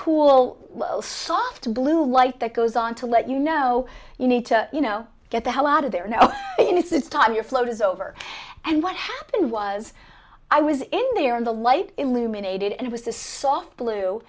cool soft blue light that goes on to let you know you need to you know get the hell out of there now in it's time your float is over and what happened was i was in there and the light illuminated and it was this soft blue